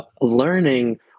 learning